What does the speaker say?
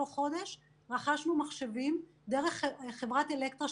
תוך חודש רכשנו מחשבים דרך חברת אלקטרה,